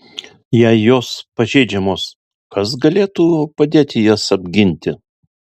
jei jos pažeidžiamos kas galėtų padėti jas apginti